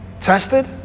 tested